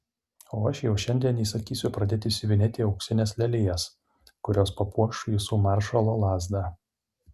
o aš jau šiandien įsakysiu pradėti siuvinėti auksines lelijas kurios papuoš jūsų maršalo lazdą